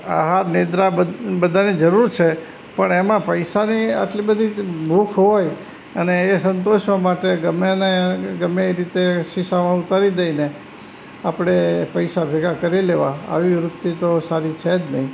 આહાર નિંદ્રા બધાની જરૂર છે પણ એમાં પૈસાની આટલી બધી ભૂખ હોય અને એ સંતોષવા માટે ગમે એને ગમે એ રીતે શીશામાં ઉતારી દઈને આપણે પૈસા ભેગા કરી લેવા આવી વૃત્તિ તો સારી છે જ નહીં